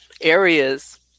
areas